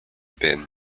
been